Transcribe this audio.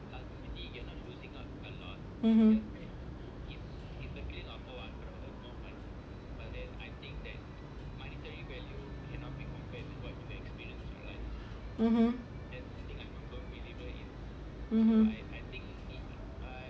mmhmm